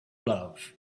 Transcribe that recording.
love